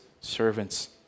servants